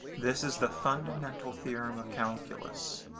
this is the fundamental theorem of calculus.